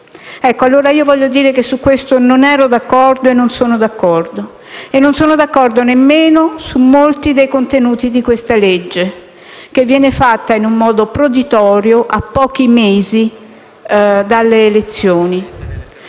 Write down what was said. e al Senato. Voglio dire che su questo non ero d'accordo e non sono d'accordo. Non sono d'accordo nemmeno su molti dei contenuti di questa legge, che viene fatta in un modo proditorio a pochi mesi dalle elezioni.